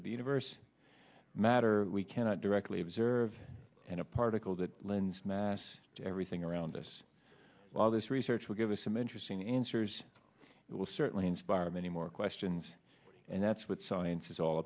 of the universe matter we cannot directly observe and a particle that lends mass to everything around us while this research will give us some interesting answers that will certainly inspire many more questions and that's what science is all